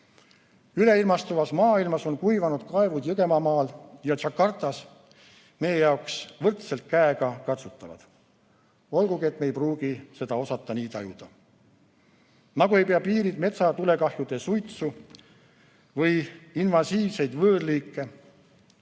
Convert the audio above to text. Üleilmastunud maailmas on kuivanud kaevud Jõgevamaal ja Jakartas meie jaoks võrdselt käegakatsutavad, olgugi et me ei pruugi seda osata nii tajuda. Nagu ei pea piirid metsatulekahjude suitsu või invasiivseid võõrliike,